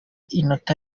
inota